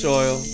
oil